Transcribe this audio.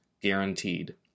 guaranteed